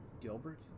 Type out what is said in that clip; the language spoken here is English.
Gilbert